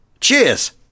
Cheers